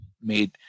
made –